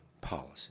policy